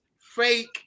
fake